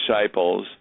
disciples